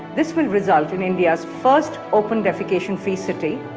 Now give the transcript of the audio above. this will result in india's first open defecation-free city,